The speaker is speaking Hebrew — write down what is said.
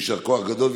יישר כוח גדול מאוד,